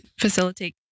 facilitate